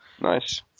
Nice